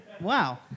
Wow